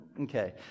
Okay